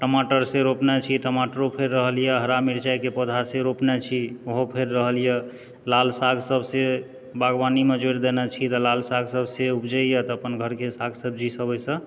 टमाटर से रोपने छी टमाटरो फड़ि रहल यऽ हरा मिरचाइके पौधा से रोपने छी ओहो फड़ि रहल यऽ लाल साग सब से बागवानीमे जोड़ि देने छी तऽ लाल साग सब से उपजैया तऽ अपन घर गृहस्ठक साग सब्जी ओहिसँ